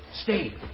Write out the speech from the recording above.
stay